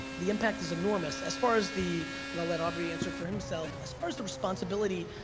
the impact is enormous. as far as the, and i'll let aubrey answer for himself, as far as the responsibility,